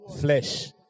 Flesh